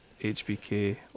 HBK